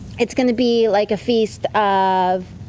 it's going to be like a feast of